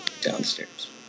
downstairs